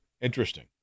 Interesting